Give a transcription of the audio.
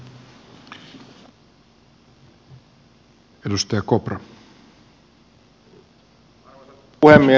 arvoisa puhemies